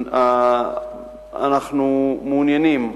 אנחנו מעוניינים,